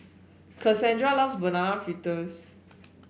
Cassandra loves Banana Fritters